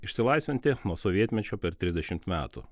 išsilaisvinti nuo sovietmečio per trisdešimt metų